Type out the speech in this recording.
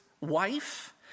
wife